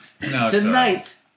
tonight